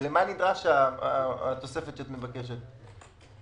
למה נדרשת התוספת שאת מבקשת?